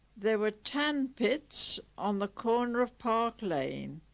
there were tan pits on the corner of park lane